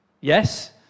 Yes